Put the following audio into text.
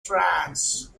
france